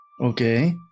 Okay